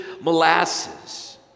molasses